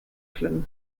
clun